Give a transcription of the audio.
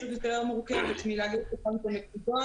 קצת יותר מורכבת מלהגיד אותה כאן בנקודות.